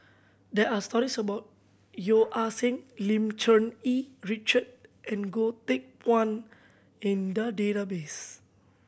there are stories about Yeo Ah Seng Lim Cherng Yih Richard and Goh Teck Phuan in the database